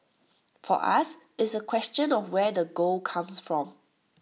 for us it's A question of where the gold comes from